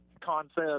concept